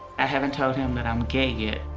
i haven't told him that i'm gay yet,